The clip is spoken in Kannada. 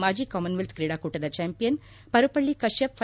ಮಾಜಿ ಕಾಮನ್ವೆಲ್ತ್ ಕ್ರೀಡಾಕೂಟದ ಚಾಂಪಿಯನ್ ಪರುಪಳ್ಳ ಕತ್ಯಪ್ ಫ